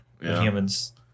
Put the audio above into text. humans